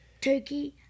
turkey